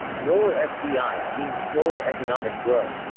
lower fdis i mean slower economic growth.